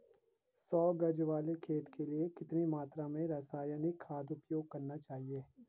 सौ गज वाले खेत के लिए कितनी मात्रा में रासायनिक खाद उपयोग करना चाहिए?